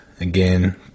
again